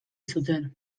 zuten